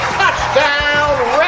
touchdown